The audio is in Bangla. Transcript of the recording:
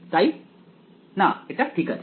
তাই না এটা ঠিক আছে